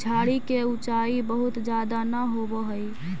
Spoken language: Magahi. झाड़ि के ऊँचाई बहुत ज्यादा न होवऽ हई